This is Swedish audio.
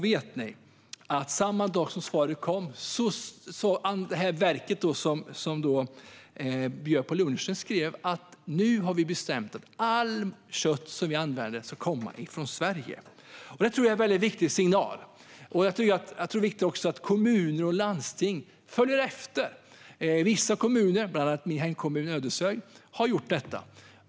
Det verk som hade bjudit på lunch skrev att man nu hade bestämt att allt kött som man använder ska komma från Sverige. Jag tror att detta är en väldigt viktig signal. Jag tror också att det är viktigt att kommuner och landsting följer efter. Vissa kommuner, bland annat min hemkommun Ödeshög, har gjort detta.